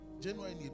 January